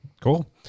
Cool